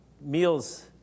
meals